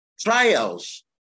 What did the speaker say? trials